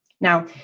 Now